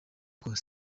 kose